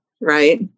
right